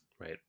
Right